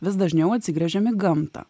vis dažniau atsigręžiam į gamtą